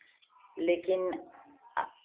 लेकिन